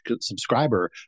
subscriber